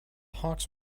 hawks